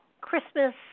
Christmas